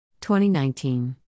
2019